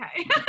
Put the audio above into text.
okay